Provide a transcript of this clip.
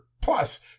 plus